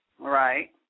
Right